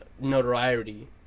notoriety